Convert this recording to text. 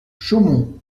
chaumont